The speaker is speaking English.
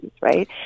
right